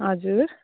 हजुर